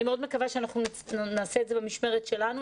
אני מאוד מקווה שאנחנו נעשה את זה במשמרת שלנו,